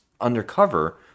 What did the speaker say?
undercover